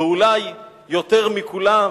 ואולי יותר מכולם,